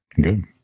Good